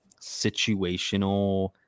situational